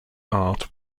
art